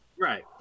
right